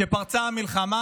כשפרצה המלחמה